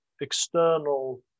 external